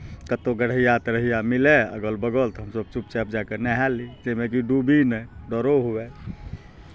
कतहु गढ़य्या तढ़य्या मिलए अगल बगल तऽ हमसभ चुपचाप जाए कऽ नहा लियै जाहिमे कि डूबी नहि डरो हुए